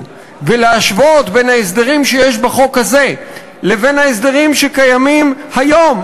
ולהשוות את ההסדרים שיש בחוק הזה להסדרים שקיימים היום,